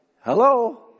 Hello